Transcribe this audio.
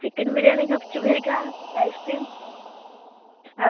chicken biryani ଗୁପଚୁପ ହେରିକା ice cream ଆଉ ସବୁ